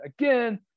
again